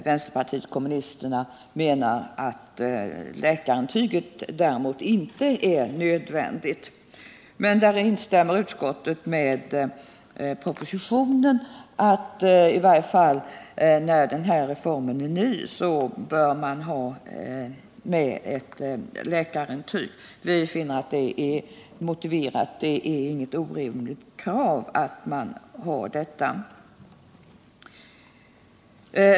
Vänsterpartiet kommunisterna menar att läkarintyg däremot inte är nödvändigt. Utskottsmajoriteten instämmer med propositionen att läkarintyg, i varje fall så länge reformen är ny, bör finnas med. Vi finner att det är motiverat — det är inget orimligt krav.